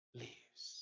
leaves